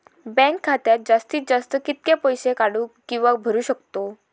Bank खात्यात जास्तीत जास्त कितके पैसे काढू किव्हा भरू शकतो?